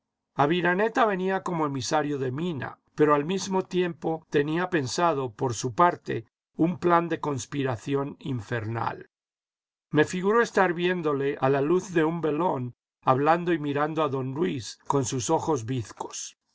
aviraneta venía como emisario de mina pero al mismo tiempo tenía pensado por su parte un plan de conspiración infernal me figuro estar viéndole a la luz de un velón hablando y mirando a don luis con sus ojos bizcos